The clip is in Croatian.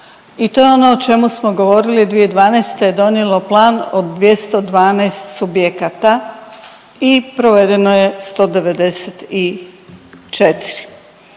i to je ono o čemu smo govorili 2012., donijelo plan od 212 subjekata i provedeno je 194.